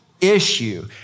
issue